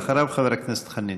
אחריו, חבר הכנסת חנין.